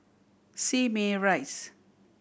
Simei Rise